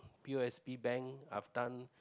P_O_S_B bank I've done